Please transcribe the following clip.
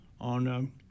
on